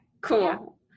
cool